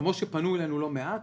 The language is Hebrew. כמו שפנו אלינו לא מעט